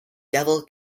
devil